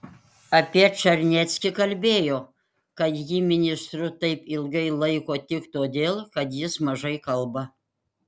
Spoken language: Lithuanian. apie čarneckį kalbėjo kad jį ministru taip ilgai laiko tik todėl kad jis mažai kalba